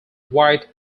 white